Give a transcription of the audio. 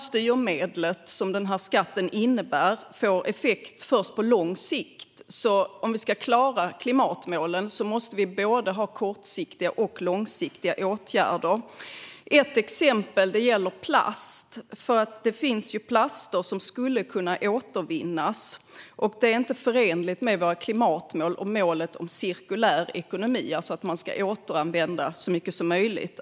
Styrmedlet som den här skatten innebär får effekt först på lång sikt. Men om vi ska klara klimatmålen måste vi ha både kortsiktiga och långsiktiga åtgärder. Ett exempel gäller plast. Det finns plaster som skulle kunna återvinnas. Att de plasterna bränns är inte förenligt med våra klimatmål eller målet om cirkulär ekonomi, alltså att man ska återanvända så mycket som möjligt.